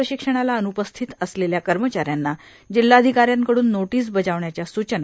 प्रशिक्षणाला अन्पस्थित असलेल्या कर्मचा यांना जिल्हाधिका यांकडून नोटीस बजावण्याच्या सूचना